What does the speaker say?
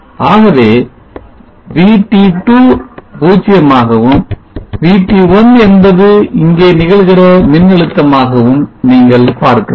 ஆகவே VT2 0 ஆகவும் VT1 என்பது இங்கே நிகழ்கிற மின்னழுத்தமாகவும் நீங்கள் பார்க்கிறீர்கள்